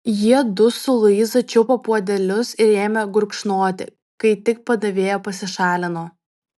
jiedu su luiza čiupo puodelius ir ėmė gurkšnoti kai tik padavėja pasišalino